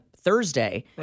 Thursday